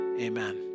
amen